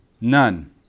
none